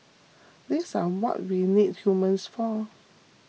these are what we need humans for